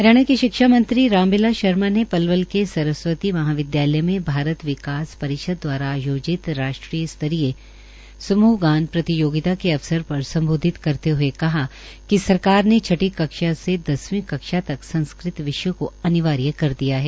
हरियाणा के शिक्षा मंत्री राम बिलास शर्मा ने पलवल में सरस्वती महाविद्यालय में भारत विकास परिषद द्वारा आयोजित राष्ट्रीय स्तरीय समुहगान प्रतियोगिता के अवसर पर सम्बोधित करते हए कहा कि सरकार ने छठी से दसवीं कक्षा तक संस्कृत विषय को अनिवार्य कर दिया है